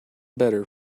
better